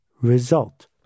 result